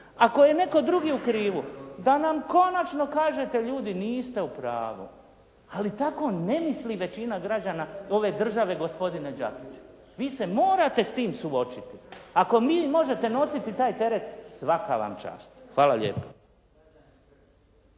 ako je netko drugi u krivu da nam konačno kažete ljudi niste u pravu. Ali tako ne misli većina građana ove države gospodine Đakiću. Vi se morate s time suočiti. Ako vi možete nositi taj teret svaka vam čast. Hvala lijepa.